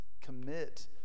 commit